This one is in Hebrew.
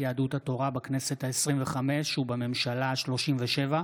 יהדות התורה בכנסת העשרים-וחמש ובממשלה השלושים-ושבע,